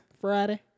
Friday